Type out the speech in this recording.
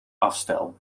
afstel